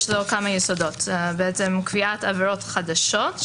יש לו כמה יסודות: קביעת עבירות חדשות,